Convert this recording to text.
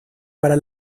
para